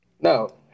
No